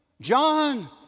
John